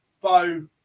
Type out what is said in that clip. Bo